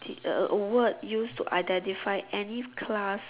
a a word used to identify any class